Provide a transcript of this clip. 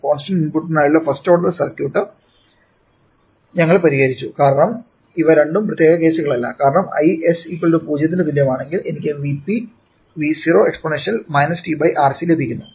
constant ഇൻപുട്ടിനായുള്ള first order circuit ഞങ്ങൾ പരിഹരിച്ചു കാരണം ഇവ രണ്ടും പ്രത്യേക കേസുകളല്ല കാരണം Is0 ന് തുല്യമാണെങ്കിൽ എനിക്ക് Vp V0 exponential t RC ലഭിക്കുന്നു